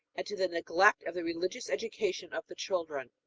and to the neglect of the religious education of the children.